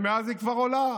ומאז היא כבר עולה,